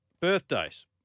birthdays